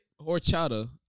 horchata